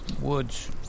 woods